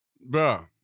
bro